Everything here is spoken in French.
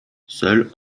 seuls